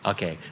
Okay